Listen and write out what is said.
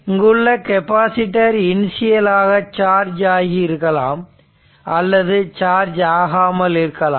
இங்குள்ள capacitor initial ஆக charge ஆகி இருக்கலாம் அல்லது சார்ஜ் ஆகாமல் இருக்கலாம்